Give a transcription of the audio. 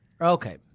okay